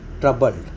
troubled